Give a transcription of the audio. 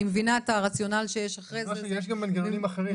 אני מבינה את הרציונל שיש מאחורי זה.